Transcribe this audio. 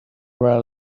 were